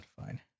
Fine